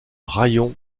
raïon